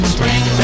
Spring